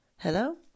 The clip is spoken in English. Hello